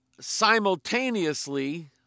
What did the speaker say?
simultaneously